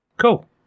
Cool